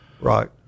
Right